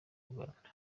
inyarwanda